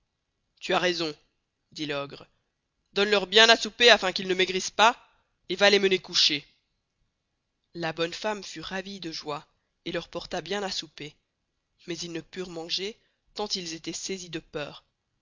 tu as raison dit l'ogre donne leur bien à souper affin qu'ils ne maigrissent pas et va les mener coucher la bonne femme fut ravie de joye et leur porta bien à souper mais ils ne purent manger tant ils estoient saisis de peur